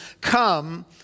come